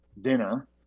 dinner